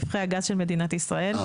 רווחי הגז של מדינת ישראל.